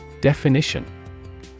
Definition